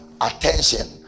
attention